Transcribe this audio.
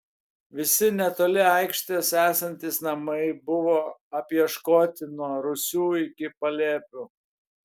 visi netoli aikštės esantys namai buvo apieškoti nuo rūsių iki palėpių